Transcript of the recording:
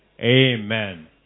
Amen